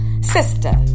Sister